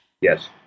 Yes